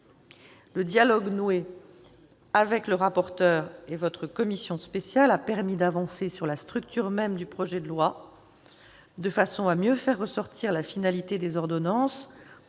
Le dialogue noué avec le rapporteur et votre commission spéciale a permis d'avancer sur la structure même du projet de loi, de façon à mieux faire ressortir la finalité des ordonnances,